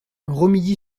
romilly